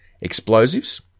explosives